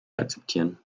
akzeptieren